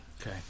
Okay